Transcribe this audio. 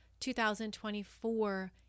2024